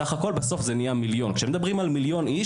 בסך הכל בסוף זה נהיה 1,000,000. כשמדברים על 1,000,000 איש,